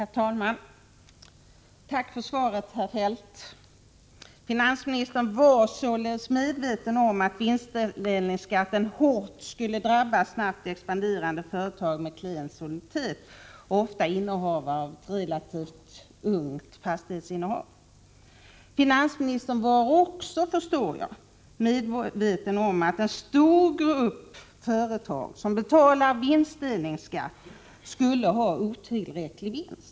Herr talman! Tack för svaret, herr Feldt! Finansministern var således medveten om att vinstdelningsskatten hårt skulle drabba snabbt expanderande företag med klen soliditet och ett relativt ungt fastighetsinnehav. Finansministern var också, förstår jag, medveten om att en stor grupp företag som skulle få betala vinstdelningsskatt hade otillräcklig vinst.